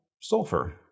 sulfur